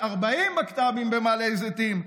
40 בקת"בים במעלה זיתים,